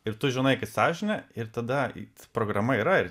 ir tu žinai kad sąžinė ir tada eit programa yra ir